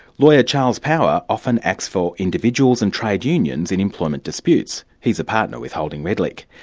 lawyer charles power often acts for individuals and trade unions in employment disputes. he's a partner with holding redlich.